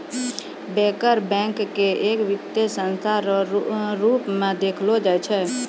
banker bank के एक वित्तीय संस्था रो रूप मे देखलो जाय छै